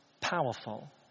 powerful